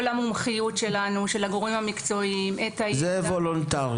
המומחיות של הגורמים המקצועיים שלנו --- גם זה וולונטרי.